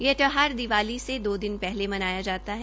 यह त्यौहार दिवाली से दो दिन पहले मनाया जाता है